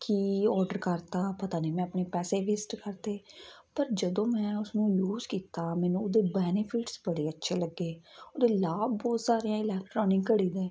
ਕੀ order ਕਰ 'ਤਾ ਪਤਾ ਨਹੀਂ ਮੈਂ ਆਪਣੀ ਪੈਸੇ ਵੇਸਟ ਕਰ 'ਤੇ ਪਰ ਜਦੋਂ ਮੈਂ ਉਸਨੂੰ ਯੂਜ ਕੀਤਾ ਮੈਨੂੰ ਉਹਦੇ ਬੈਨੀਫਿਟਸ ਬੜੇ ਅੱਛੇ ਲੱਗੇ ਉਹਦੇ ਲਾਭ ਬਹੁਤ ਸਾਰੇ ਹੈ ਇਲੈਕਟਰੋਨ ਘੜੀ ਦੇ